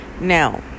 Now